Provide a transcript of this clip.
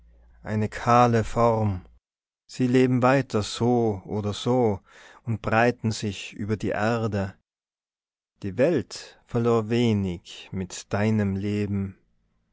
eine kahle form sie leben weiter so oder so und breiten sich über die erde die welt verlor wenig mit deinem leben